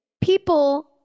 people